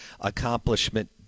Accomplishment